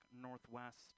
Northwest